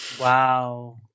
Wow